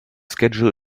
schedule